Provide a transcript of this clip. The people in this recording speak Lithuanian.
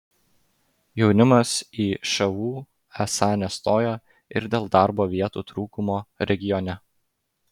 jaunimas į šu esą nestoja ir dėl darbo vietų trūkumo regione